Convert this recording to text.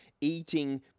eating